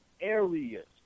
areas